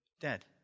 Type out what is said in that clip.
dead